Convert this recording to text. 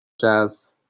jazz